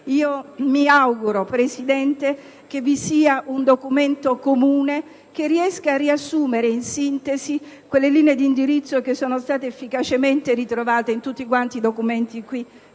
mi auguro, Presidente, che vi sia un documento comune che riesca a riassumere, in sintesi, quelle linee di indirizzo che sono state efficacemente ritrovate in tutti i documenti qui